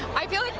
i feel